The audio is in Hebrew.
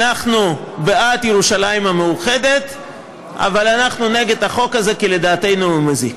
אנחנו בעד ירושלים המאוחדת אבל אנחנו נגד החוק הזה כי לדעתנו הוא מזיק.